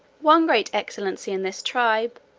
one great excellency in this tribe,